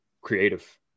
creative